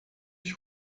ich